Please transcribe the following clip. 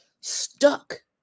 stuck